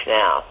now